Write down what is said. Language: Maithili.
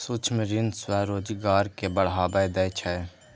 सूक्ष्म ऋण स्वरोजगार कें बढ़ावा दै छै